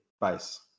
base